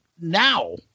now